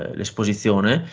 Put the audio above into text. l'esposizione